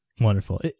Wonderful